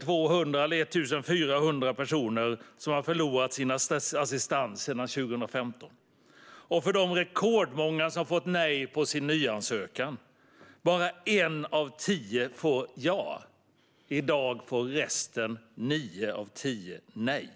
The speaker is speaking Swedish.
200 eller 1 400 personer - vi får lite olika rapporter - som har förlorat sin assistans sedan 2015 och för de rekordmånga som fått nej på sin nyansökan. I dag får bara en av tio ja. Resten, nio av tio, får nej.